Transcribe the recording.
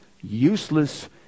Useless